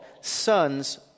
sons